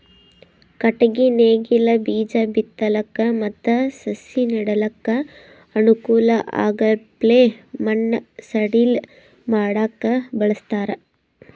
ಕಟ್ಟಗಿ ನೇಗಿಲ್ ಬೀಜಾ ಬಿತ್ತಲಕ್ ಮತ್ತ್ ಸಸಿ ನೆಡಲಕ್ಕ್ ಅನುಕೂಲ್ ಆಗಪ್ಲೆ ಮಣ್ಣ್ ಸಡಿಲ್ ಮಾಡಕ್ಕ್ ಬಳಸ್ತಾರ್